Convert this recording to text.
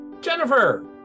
Jennifer